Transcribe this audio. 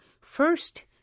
first